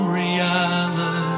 reality